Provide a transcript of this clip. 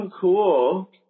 cool